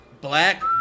Black